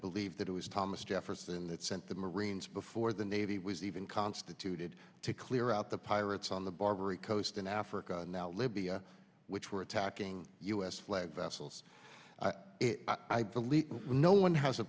believe that it was thomas jefferson that sent the marines before the navy was even constituted to clear out the pirates on the barbary coast in africa now libya which were attacking u s flagged vessels i believe no one has a